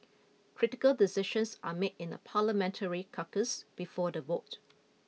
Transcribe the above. critical decisions are made in a Parliamentary caucus before the vote